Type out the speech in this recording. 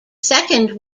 second